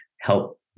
help